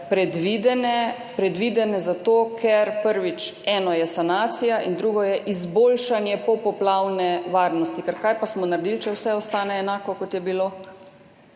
predvidene zato, ker, prvič, eno je sanacija in drugo je izboljšanje poplavne varnosti. Ker kaj pa smo naredili, če vse ostane enako, kot je bilo?